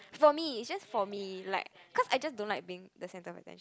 for me it's just for me like because I just don't like being the centre of attention